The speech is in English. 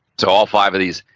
so, all five of these,